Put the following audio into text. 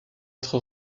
être